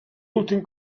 últim